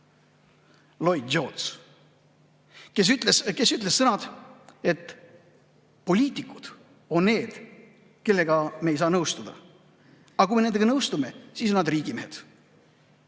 Lloyd George, kes ütles, et poliitikud on need, kellega me ei saa nõustuda, aga kui me nendega nõustume, siis on nad riigimehed.